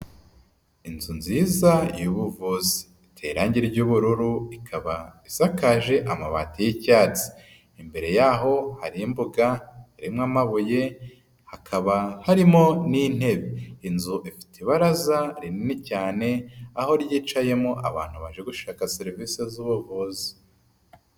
Inzu nziza y'ubuvuzi itera irangi ry'ubururu ikaba isakaje amabati y'icyatsi, imbere y'aho hari imbuga irimo amabuye, hakaba harimo n'intebe, ifite ibaraza rinini cyane aho ryicayemo abantu baje gushaka serivisi z'ubuvuzi.